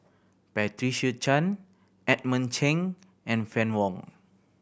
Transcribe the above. Patricia Chan Edmund Cheng and Fann Wong